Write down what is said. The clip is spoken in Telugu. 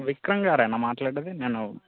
విక్రమ్ గారేనా మాట్లాడేది నేను